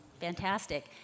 fantastic